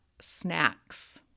snacks